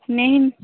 नहीं